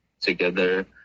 together